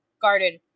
garden